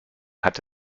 hat